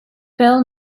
bil